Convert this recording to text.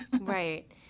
right